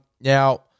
now